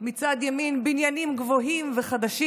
מצד ימין בניינים גבוהים וחדשים,